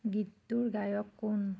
গীতটোৰ গায়ক কোন